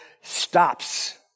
stops